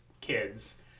kids